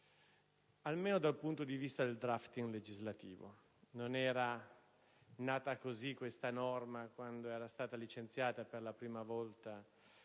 almeno dal punto di vista del *drafting* legislativo. Questa norma non era nata così quando era stata licenziata per la prima volta